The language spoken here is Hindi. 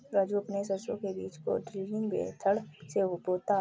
राजू अपने सरसों के बीज को ड्रिलिंग मेथड से बोता है